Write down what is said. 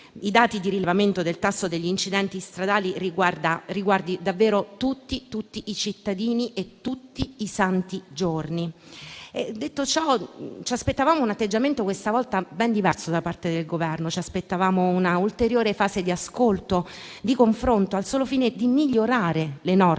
i dati di rilevamento del tasso degli incidenti stradali riguardano davvero tutti i cittadini e tutti i santi giorni. Detto ciò, questa volta ci aspettavamo un atteggiamento da parte del Governo ben diverso. Ci aspettavamo un'ulteriore fase di ascolto e di confronto, al solo fine di migliorare le norme